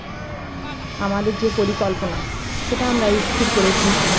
আমাদের যে পরিকল্পনা সেটা আমরা স্থির করেছি